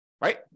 right